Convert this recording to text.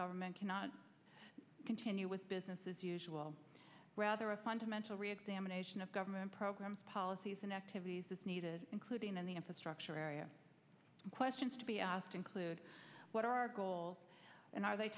government cannot continue with business as usual rather a fundamental reexamination of government programs policies and activities is needed including in the infrastructure area questions to be asked include what are our goals and are they